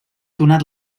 donat